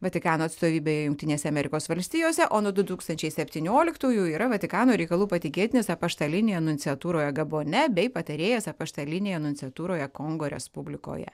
vatikano atstovybėje jungtinėse amerikos valstijose o nuo du tūkstančiai septynioliktųjų yra vatikano reikalų patikėtinis apaštalinėje nunciatūroje gabone bei patarėjas apaštalinėje nunciatūroje kongo respublikoje